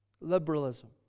liberalism